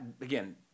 again